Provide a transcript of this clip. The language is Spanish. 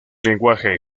lenguaje